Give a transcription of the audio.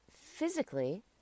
physically